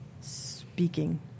speaking